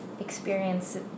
experience